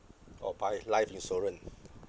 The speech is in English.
or buy life insurance